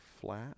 flat